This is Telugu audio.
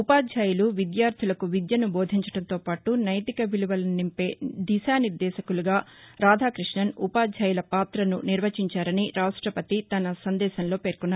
ఉపాధ్యాయులు విద్యార్థులకు విద్యను భోదించడంతో పాటు నైతిక విలువలను నింపే నిశానిర్ధేశకులుగా రాధాకృష్ణన్ ఉపాధ్యాయుల పాతను నిర్వచించారని రాష్టపతి తన సందేశంలో పేర్కొన్నారు